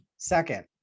Second